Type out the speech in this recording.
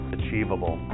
achievable